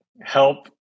help